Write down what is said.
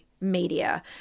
media